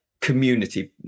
community